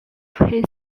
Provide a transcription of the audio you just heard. his